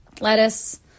Lettuce